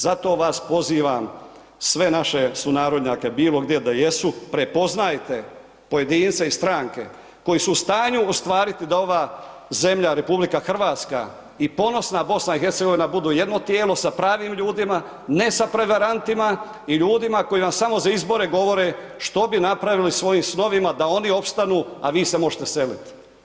Zato vas pozivam, sve naše sunarodnjake bilo gdje da jesu, prepoznajte pojedince iz stranke koji su u stanju ostvariti da ova zemlja, RH i ponosna BiH, budu jedno tijelo sa pravim ljudima, ne sa prevarantima i ljudima koji vam samo za izbore govore što bi napravili svojim snovima da oni opstanu, a vi se možete selit.